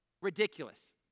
ridiculous